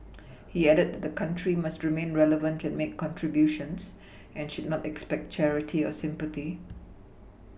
he added that the country must remain relevant and make contributions and should not expect charity or sympathy